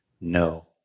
no